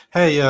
Hey